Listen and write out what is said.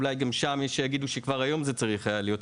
אולי יש שיגידו שכבר היום זה צריך היה להיות.